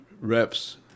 reps